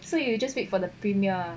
so you just wait for the premiere ah